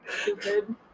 Stupid